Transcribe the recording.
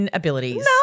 abilities